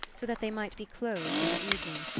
so that they might be closed in the evening,